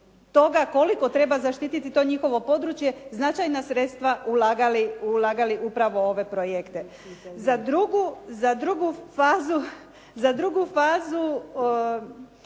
koliko treba zaštiti to njihovo područja, značajna sredstva ulagali upravo u ove projekte. Za drugu fazu